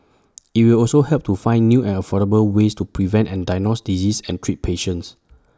IT will also help to find new and affordable ways to prevent and diagnose diseases and treat patients